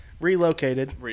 relocated